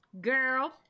Girl